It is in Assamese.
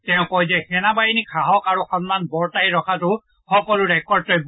তেওঁ কয় যে সেনাবাহিনীক সাহস আৰু সন্মান বৰ্তাই ৰখাটো সকলোৰে দায়িত্ব